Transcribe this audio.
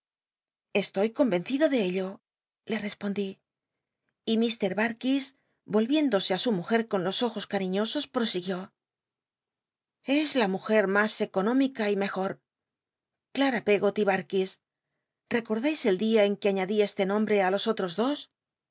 estoy comcncido de ello le respondí y m t datkis i'oiviéndose ü su mujer con los ojos cal'iiiosos prosiguió clata es la mujer mas económica y mejor la peggoty lds quedais el dia en que aiiadi este nombre á los otros dos